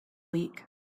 week